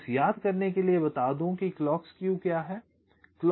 बस याद करने के लिए कि क्लॉक स्केव क्या है